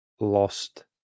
lost